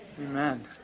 Amen